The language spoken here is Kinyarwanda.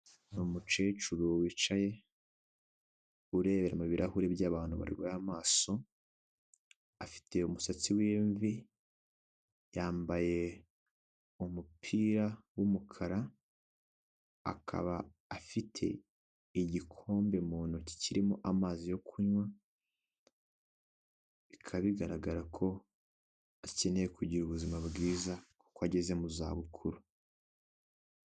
Hari umukecuru wicaye, urebera mu birahuri by'abantu barwaye amaso, afite umusatsi w'imvi, yambaye umupira w'umukara, akaba afite igikombe mu ntoki kirimo amazi yo kunywa, bikaba bigaragara ko akeneye kugira ubuzima bwiza kuko ageze mu zabukuru.